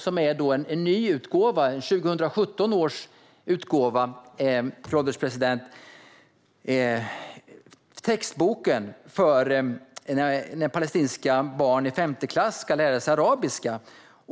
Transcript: Det är 2017 års nya utgåva av textboken för när palestinska barn i femte klass ska lära sig arabiska.